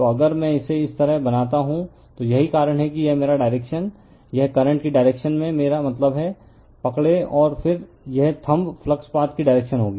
तो अगर मैं इसे इस तरह बनाता हूं तो यही कारण है कि यह मेरा डायरेक्शन यह करंट की डायरेक्शन में मेरा मतलब है पकड़े और फिर यह थम्व फ्लक्स पाथ की डायरेक्शन होगी